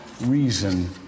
reason